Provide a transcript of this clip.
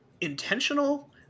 intentional